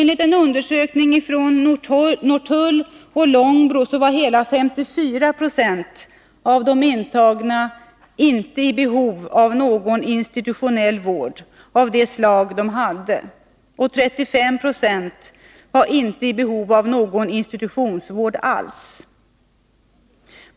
Enligt en undersökning från Norrtull och Långbro var hela 54 20 av de intagna inte i behov av institutionell vård av det slag de hade, och 35 9 var inte i behov av någon institutionsvård alls.